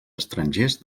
estrangers